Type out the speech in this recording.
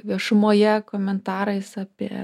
viešumoje komentarais apie